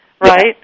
right